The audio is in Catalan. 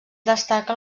destaca